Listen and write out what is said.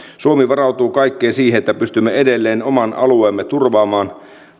suomi varautuu kaikkeen siihen niin että pystymme edelleen oman alueemme turvaamaan